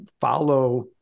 follow